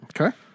Okay